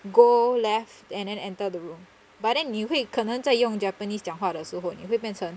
go left and then enter the room but then 你会可能在用 japanese 讲话的时候会变成